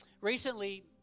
Recently